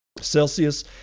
Celsius